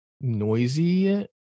noisy